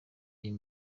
ayo